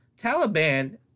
Taliban